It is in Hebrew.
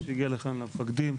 למפקדים,